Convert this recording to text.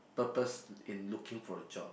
purpose in looking for a job